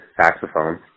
saxophone